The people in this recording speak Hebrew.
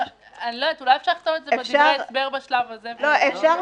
אולי אפשר לכתוב את זה בדברי ההסבר בשלב הזה.